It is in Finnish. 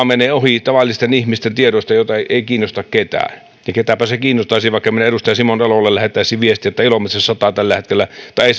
menee valtaosa tavallisten ihmisten tiedoista jotka eivät kiinnosta ketään ja ketäpä se kiinnostaisi vaikka minä edustaja simon elolle lähettäisin viestin että ilomantsissa sataa tällä hetkellä tai